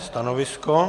Stanovisko?